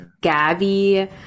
Gabby